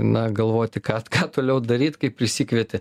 na galvoti ką ką toliau daryt kai prisikvieti